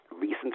Recent